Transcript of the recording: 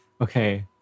Okay